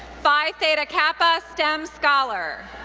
phi theta kappa, stem scholar.